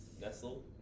nestle